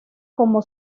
como